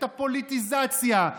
את הפוליטיזציה,